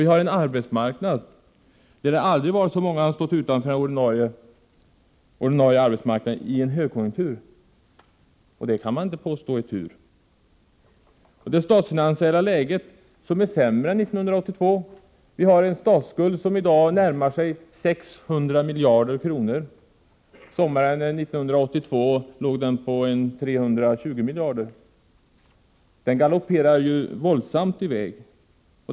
Vi har en arbetsmarknad där det aldrig har varit så många som stått utanför den ordinarie arbetsmarknaden under en högkonjunktur som nu. Det kan man inte påstå är tur. Det statsfinansiella läget är sämre än det var 1982. Vi har en statsskuld som i dag närmar sig 600 miljarder kronor. Sommaren 1982 låg den på ca 320 miljarder. Statsskulden galopperar våldsamt iväg.